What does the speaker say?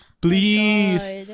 Please